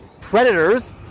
predators